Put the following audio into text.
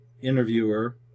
interviewer